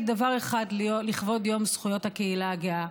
דבר אחד לכבוד יום זכויות הקהילה הגאה.